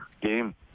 game